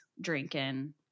drinking